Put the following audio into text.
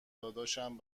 داداشم